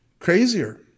Crazier